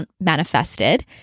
manifested